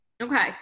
Okay